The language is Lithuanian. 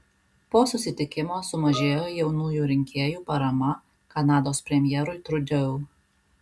po susitikimo sumažėjo jaunųjų rinkėjų parama kanados premjerui trudeau